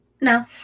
No